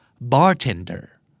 Bartender